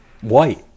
white